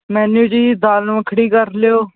menu ਜੀ ਦਾਲ ਮੱਖਣੀ ਕਰ ਲਿਓ